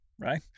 right